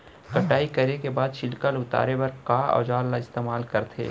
कटाई करे के बाद छिलका ल उतारे बर का औजार ल इस्तेमाल करथे?